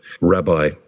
Rabbi